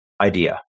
idea